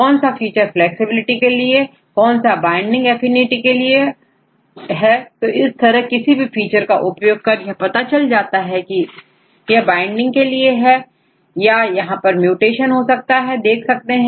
कौन सा feature flexibility के लिए कौन सा बाइंडिंग एफिनिटी के लिए है तो इस तरह किसी भी फीचर का उपयोग कर यह पता चल सकता है कि यह यह वाइंडिंग के लिए या यहां पर म्यूटेशन हो सकता है देख सकते हैं